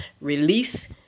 release